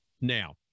now